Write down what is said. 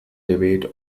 debate